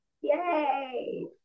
Yay